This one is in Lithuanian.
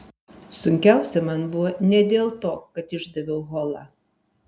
sunkiausia man buvo ne dėl to kad išdaviau holą